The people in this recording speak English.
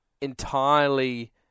entirely